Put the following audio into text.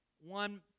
One